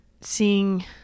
seeing